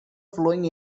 flowing